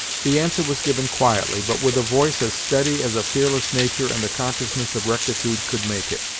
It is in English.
the answer was given quietly, but with a voice as steady as a fearless nature and the consciousness of rectitude could make it.